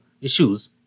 issues